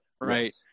right